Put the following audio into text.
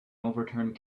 overturned